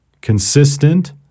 consistent